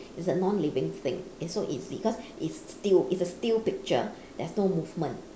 it's a non-living thing it's so easy because it's still it's a still picture there's no movement